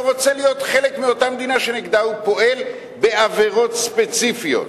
רוצה להיות חלק מאותה מדינה שנגדה הוא פועל בעבירות ספציפיות.